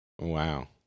Wow